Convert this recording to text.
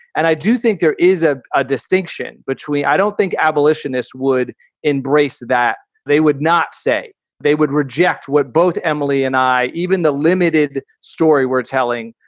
and i do think there is a ah distinction between i don't think abolitionists would embrace that. they would not say they would reject what both emily and i. even the limited story we're telling.